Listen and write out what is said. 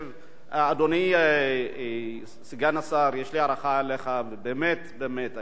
אדוני סגן השר, יש לי הערכה אליך, באמת באמת.